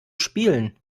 spielen